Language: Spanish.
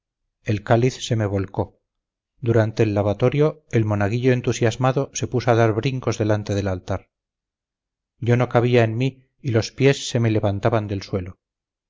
el cáliz se me volcó durante el lavatorio el monaguillo entusiasmado se puso a dar brincos delante del altar yo no cabía en mí y los pies se me levantaban del suelo